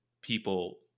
people